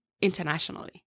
internationally